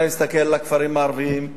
אתה מסתכל על הכפרים הערביים,